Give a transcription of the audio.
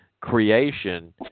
creation